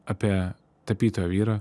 apie tapytoją vyrą